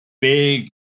big